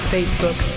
Facebook